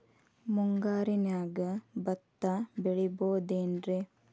ಮುಂಗಾರಿನ್ಯಾಗ ಭತ್ತ ಬೆಳಿಬೊದೇನ್ರೇ?